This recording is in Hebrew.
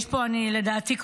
לדעתי,